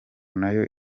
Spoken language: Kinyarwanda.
nayo